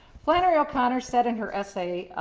flannery o'connor said in her essay,